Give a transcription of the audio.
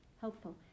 helpful